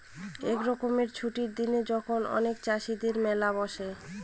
এক রকমের ছুটির দিনে যখন অনেক চাষীদের মেলা বসে